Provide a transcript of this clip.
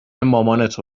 مامانتو